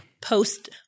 Post